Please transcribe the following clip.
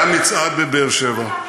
היה מצעד בבאר-שבע,